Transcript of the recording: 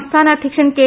സംസ്ഥാന അധ്യക്ഷൻ കെ